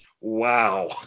Wow